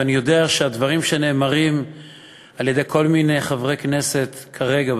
ואני יודע שבין הדברים שנאמרים על-ידי כל מיני חברי כנסת כרגע,